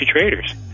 traders